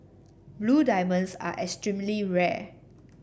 blue diamonds are extremely rare